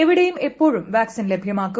എവിടെയും എപ്പോഴും വാക്സിൻ ലഭ്യമാക്കും